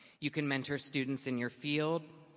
you can mentor students in your field.